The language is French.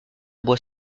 bois